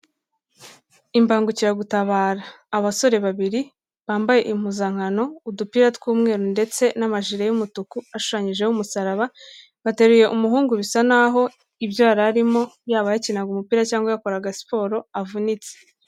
Imbangukiragutabara, abasore babiri bambaye impuzankano udupira tw'umweru ndetse n'amajire y'umutuku ashushanyijeho umusaraba, bateruye umuhungu bisa naho ibyo yari arimo yaba yakinaga umupira cyangwa yakoraga siporo avunitse.